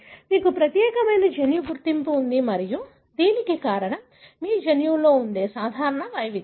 మీకు ప్రత్యేకమైన జన్యు గుర్తింపు ఉంది మరియు దీనికి కారణం మా జన్యువులో ఉండే సాధారణ వైవిధ్యం